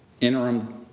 interim